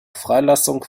freilassung